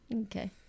Okay